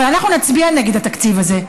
אבל אנחנו נצביע נגד התקציב הזה,